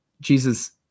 Jesus